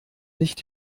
nicht